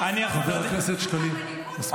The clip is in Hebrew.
--- חבר הכנסת שקלים, מספיק.